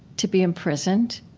to be imprisoned,